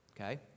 Okay